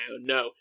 No